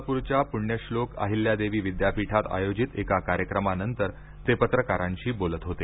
सोलापूरच्या पृण्यश्लोक अहिल्यादेवी विद्यापीठात आयोजित एका कार्यक्रमानंतर ते पत्रकारांशी बोलत होते